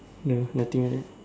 no nothing right